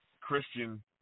Christian